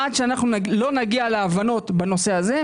עד שלא נגיע להבנות בנושא הזה,